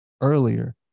earlier